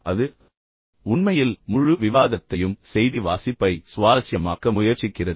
எனவே அது உண்மையில் முழு விவாதத்தையும் செய்தி வாசிப்பை சுவாரஸ்யமாக்க முயற்சிக்கிறது